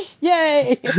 Yay